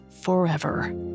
forever